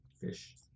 Fish